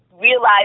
realize